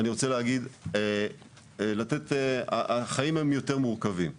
אני רוצה להגיד שהחיים הם יותר מורכבים מזה,